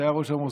שהיה ראש המוסד,